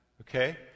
okay